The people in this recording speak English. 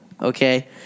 Okay